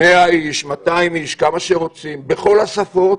100 איש, 200 איש, כמה שרוצים, בכל השפות.